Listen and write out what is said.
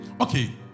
Okay